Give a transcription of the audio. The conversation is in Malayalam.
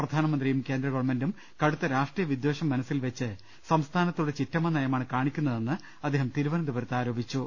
പ്രധാനമന്ത്രിയും കേന്ദ്ര ഗവൺമെന്റും കടുത്ത രാഷ്ട്രീയ വിദ്ധേഷം മനസ്സിൽവെച്ച് സംസ്ഥാനത്തോട് ചിറ്റമ്മ നയമാണ് കാണിക്കുന്നതെന്ന് അദ്ദേഹം തിരുവനന്തപുരത്ത് ആരോപിച്ചു